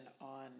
on